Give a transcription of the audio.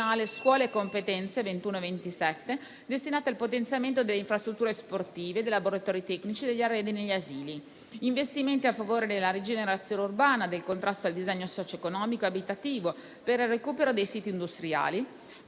scuola e competenze 2021-2027, destinate al potenziamento delle infrastrutture sportive, dei laboratori tecnici e degli arredi negli asili; investimenti a favore della rigenerazione urbana, del contrasto al disagio socioeconomico e abitativo, per il recupero dei siti industriali